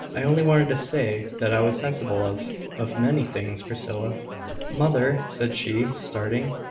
i only wanted to say that i was sensible of of many things. priscilla mother! said she, starting.